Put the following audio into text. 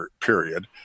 period